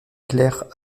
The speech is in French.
clerc